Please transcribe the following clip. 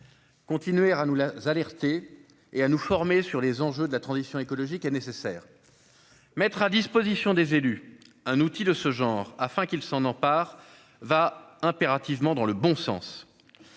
Continuer à nous alerter et à nous former sur les enjeux de la transition écologique est nécessaire. Mettre à disposition des élus un outil pour cela, afin qu'ils s'en emparent, va incontestablement dans le bon sens.